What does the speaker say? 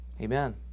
Amen